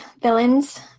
villains